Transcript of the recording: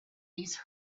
these